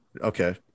okay